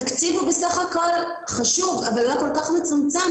התקציב הוא חשוב אבל הוא היה כל-כך מצומצם